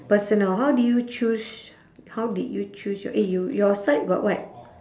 personal how do you choose how did you choose your eh you your side got what